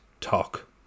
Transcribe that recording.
talk